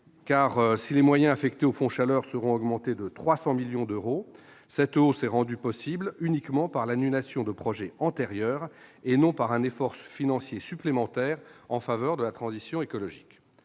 car, si les moyens affectés au fonds chaleur seront augmentés à 300 millions d'euros, cette hausse est rendue possible uniquement par l'annulation de projets antérieurs, et non par un effort financier supplémentaire en faveur de la transition écologique.